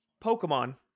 Pokemon